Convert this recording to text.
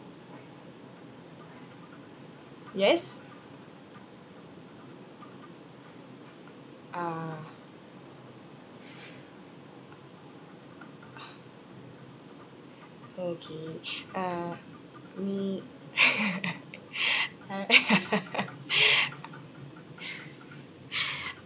yes uh okay uh me uh